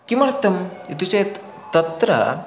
किमर्थम् इति चेत् तत्र